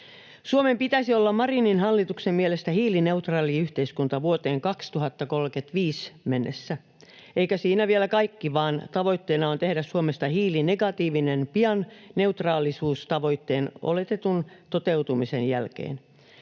Suomen pitäisi olla Marinin hallituksen mielestä hiilineutraali yhteiskunta vuoteen 2035 mennessä, eikä siinä vielä kaikki, vaan tavoitteena on tehdä Suomesta hiilinegatiivinen pian neutraalisuustavoitteen oletetun toteutumisen jälkeen.